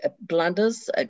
blunders